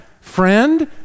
friend